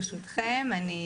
ברשותכם,